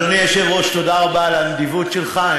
אדוני היושב-ראש, תודה רבה על הנדיבות שלך.